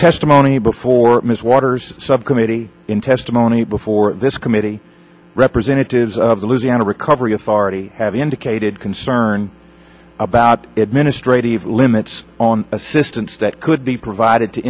testimony before ms waters subcommittee in testimony before this committee representatives of the luciana recovery authority have indicated concern about administrative limits on assistance that could be provided to